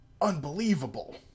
Unbelievable